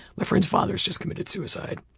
my friend's father just committed suicide,